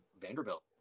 Vanderbilt